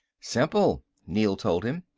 simple, neel told him.